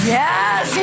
yes